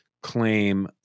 claim